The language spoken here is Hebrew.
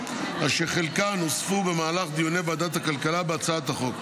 אשר חלקן נוספו במהלך דיוני ועדת הכלכלה בהצעת החוק.